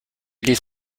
ließ